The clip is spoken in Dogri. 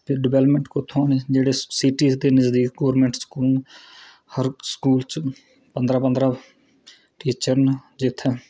फिर डवैलमैंट कुत्थां होनी जेह्डे सिटी च नज़दीक स्कूल न हर स्कूल च पंदरां पंदरां टीचर न जित्थै